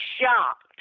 shocked